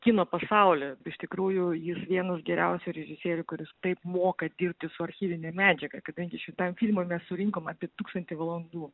kino pasauly iš tikrųjų jis vienas geriausių režisierių kuris taip moka dirbti su archyvine medžiaga kadangi šitam filmui mes surinkom apie tūkstantį valandų